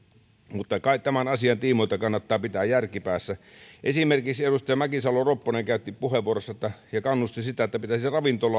mutta kai tämän asian tiimoilta kannattaa pitää järki päässä esimerkiksi edustaja mäkisalo ropponen käytti puheenvuoron ja kannusti sitä että pitäisi